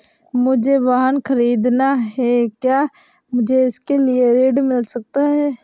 मुझे वाहन ख़रीदना है क्या मुझे इसके लिए ऋण मिल सकता है?